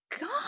God